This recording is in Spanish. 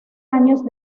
años